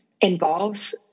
involves